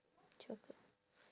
chocolate